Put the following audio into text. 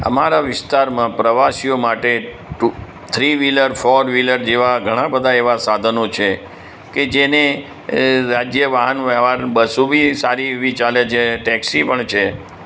અમારા વિસ્તારમાં પ્રવાસીઓ માટે two three wheeler four wheeler જેવા ઘણાં બધાં એવાં સાધનો છે કે જેને રાજ્ય વાહન વ્યવહાર બસો બી સારી એવી ચાલે છે ટૅક્સી પણ છે